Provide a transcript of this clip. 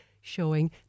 showing